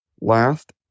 Last